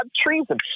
treason